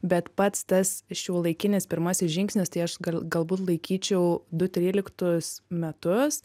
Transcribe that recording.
bet pats tas šiuolaikinis pirmasis žingsnis tai aš gal galbūt laikyčiau du tryliktus metus